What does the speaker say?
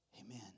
Amen